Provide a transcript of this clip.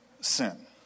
sin